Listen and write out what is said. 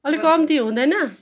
अलिक कम्ती हुँदैन